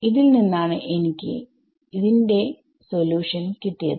ഇതിൽ നിന്നാണ് എനിക്ക് ന്റെ സൊല്യൂഷൻ കിട്ടിയത്